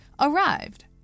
arrived